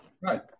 right